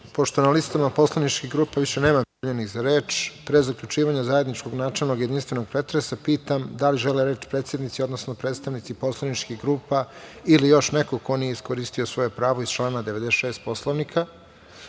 na listama poslaničkih grupa više nema prijavljenih za reč, pre zaključivanja zajedničkog načelnog i jedinstvenog pretresa, pitam da li žele reč predsednici, odnosno predstavnici poslaničkih grupa ili još neko ko nije iskoristio svoje pravo iz člana 96. Poslovnika?